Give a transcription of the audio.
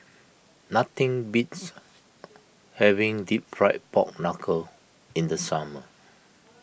nothing beats having Deep Fried Pork Knuckle in the summer